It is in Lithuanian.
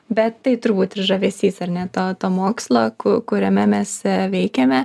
bet tai turbūt ir žavesys ar ne to to mokslo kuriame mes veikiame